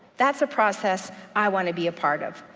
that's a process i want to be a part of.